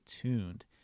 tuned